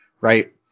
right